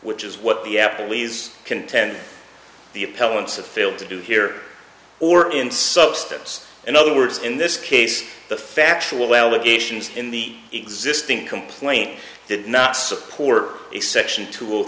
which is what the apple e's contend the appellant's of failed to do here or in substance in other words in this case the factual allegations in the existing complaint did not support exception to